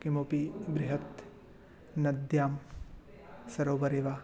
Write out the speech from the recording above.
किमपि बृहत् नद्यां सरोवरे वा